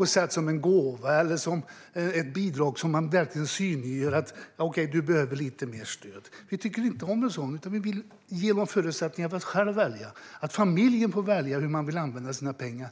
ge det här som en gåva eller ett bidrag på ett sätt så att man verkligen synliggör vem som behöver lite mer stöd. Vi tycker inte om en sådan konstruktion, utan vi vill ge förutsättningar att själv välja, att familjen får välja hur man vill använda sina pengar.